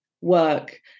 work